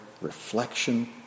reflection